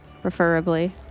preferably